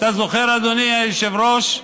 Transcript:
אתה זוכר, אדוני היושב-ראש,